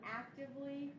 actively